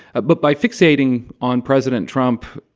ah but by fixating on president trump,